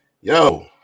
Yo